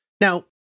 Now